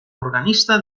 organista